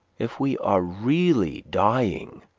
if we are really dying,